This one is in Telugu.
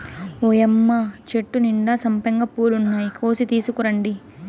ఓయ్యమ్మ చెట్టు నిండా సంపెంగ పూలున్నాయి, కోసి తీసుకురండి